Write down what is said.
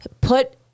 put